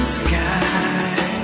sky